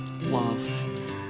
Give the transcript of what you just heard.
love